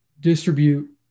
distribute